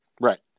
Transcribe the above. Right